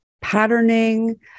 patterning